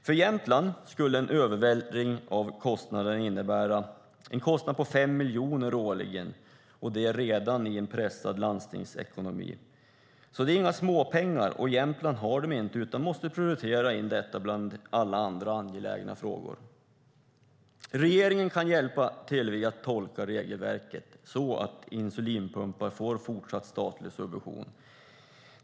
För Jämtland skulle en övervältring av kostnaderna innebära en kostnad på 5 miljoner årligen i en redan pressad landstingsekonomi. Det är alltså inga småpengar det handlar om, och Jämtland har dem inte utan måste prioritera in detta bland alla andra angelägna frågor. Regeringen kan hjälpa TLV att tolka regelverket så att insulinpumpar får fortsatt statlig subvention.